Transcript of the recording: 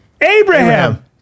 Abraham